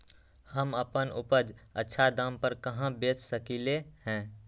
हम अपन उपज अच्छा दाम पर कहाँ बेच सकीले ह?